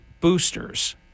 boosters